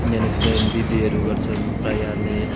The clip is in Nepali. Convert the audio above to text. म्यानेजमेन्ट बिबिएहरू गर्छन् प्रायः ले